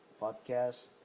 podcasts